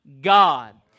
God